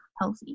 healthy